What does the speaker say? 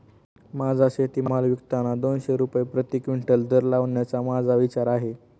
माझा शेतीमाल विकताना दोनशे रुपये प्रति क्विंटल दर लावण्याचा माझा विचार आहे